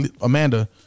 Amanda